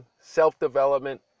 self-development